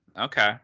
Okay